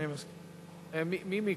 מי מכם?